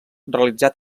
realitzà